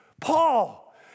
Paul